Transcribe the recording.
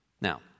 Now